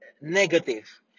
negative